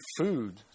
food